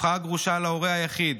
הפכה הגרושה להורה היחיד,